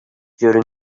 during